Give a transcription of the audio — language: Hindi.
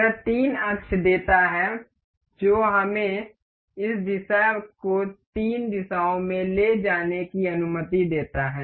यह तीन अक्ष देता है जो हमें इस दिशा को तीन दिशाओं में ले जाने की अनुमति देता है